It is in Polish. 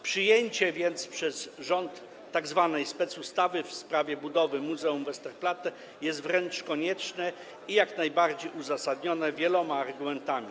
Przyjęcie przez rząd tzw. specustawy w sprawie budowy Muzeum Westerplatte jest wręcz konieczne i jak najbardziej uzasadnione wieloma argumentami.